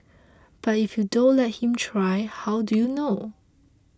but if you don't let him try how do you know